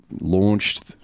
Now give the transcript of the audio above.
launched